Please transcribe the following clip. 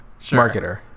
marketer